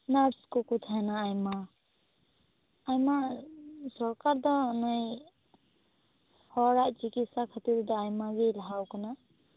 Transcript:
nurse ᱠᱚᱠᱚ ᱛᱟᱦᱮᱱᱟ ᱟᱭᱢᱟ ᱟᱭᱢᱟ ᱥᱚᱨᱠᱟᱨ ᱫᱚ ᱱᱩᱭ ᱦᱚᱲᱟᱜ ᱪᱤᱠᱤᱥᱥᱟ ᱠᱷᱟᱱ ᱛᱤᱨ ᱫᱚ ᱟᱭᱢᱟ ᱜᱮᱭ ᱞᱟᱦᱟ ᱟᱠᱟᱱᱟ